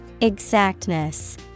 Exactness